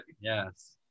yes